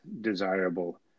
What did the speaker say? desirable